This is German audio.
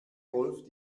rolf